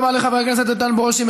תודה רבה לחבר הכנסת איתן ברושי.